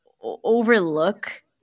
overlook